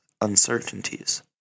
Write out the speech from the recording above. uncertainties